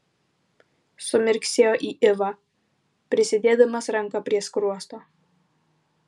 sumirksėjo į ivą prisidėdamas ranką prie skruosto